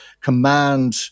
command